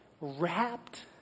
wrapped